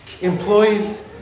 employees